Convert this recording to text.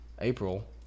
April